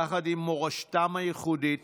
יחד עם מורשתם הייחודית